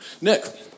Nick